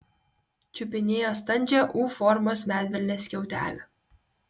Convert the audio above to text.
čiupinėjo standžią u formos medvilnės skiautelę